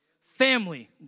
Family